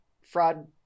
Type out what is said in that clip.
fraud